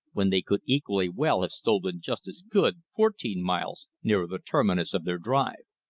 when they could equally well have stolen just as good fourteen miles nearer the terminus of their drive?